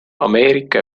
ameerika